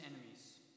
enemies